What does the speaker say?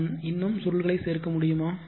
நான் இன்னும் சுருள்களை சேர்க்க முடியுமா